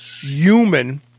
human